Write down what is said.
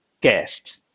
guest